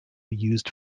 used